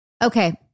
Okay